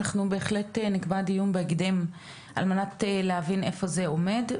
אנחנו בהחלט נקבע דיון בהקדם על מנת להבין איפה זה עומד.